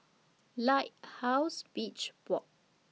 Lighthouse Beach Walk